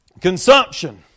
Consumption